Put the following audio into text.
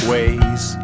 Ways